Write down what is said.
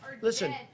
listen